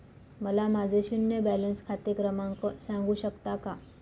मला माझे शून्य बॅलन्स खाते क्रमांक सांगू शकता का?